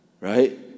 right